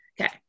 Okay